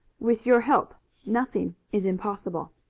with your help nothing is impossible.